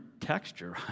texture